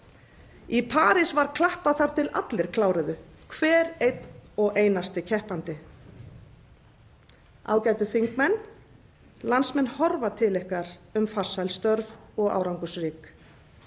Í París var klappað þar til allir kláruðu — hver einn og einasti keppandi. Ágætu þingmenn. Landsmenn horfa til ykkar um farsæl störf og árangursrík.